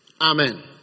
Amen